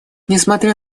несмотря